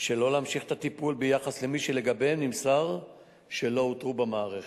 שלא להמשיך את הטיפול במי שלגביהם נמסר שלא אותרו במערכת.